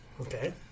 Okay